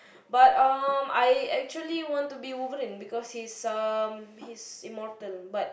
but um I actually want to be Wolverine because he's um he's immortal but